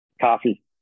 Coffee